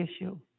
issue